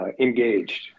engaged